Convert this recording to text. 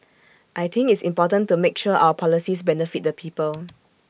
I think it's important to make sure our policies benefit the people